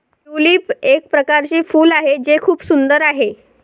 tulip एक प्रकारचे फूल आहे जे खूप सुंदर आहे